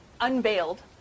unveiled